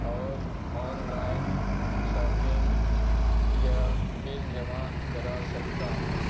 اور online shopping یا bill جمع کرا سکتا ہوں